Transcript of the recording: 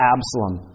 Absalom